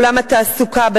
בעולם התעסוקה,